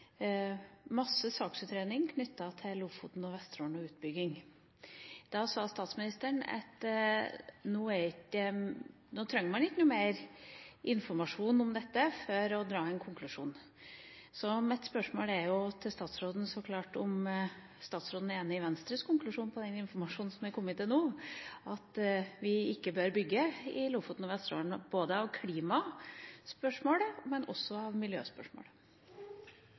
masse saksutredning knyttet til Lofoten og Vesterålen og utbygging der. Da sa statsministeren at man nå ikke trenger noe mer informasjon om dette for å kunne trekke en konklusjon. Mitt spørsmål til statsråden er derfor om statsråden er enig i Venstres konklusjon på bakgrunn av den informasjonen som er kommet til nå, at vi ikke bør bygge i Lofoten og Vesterålen, både av